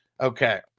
Okay